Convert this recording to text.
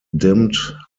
dimmed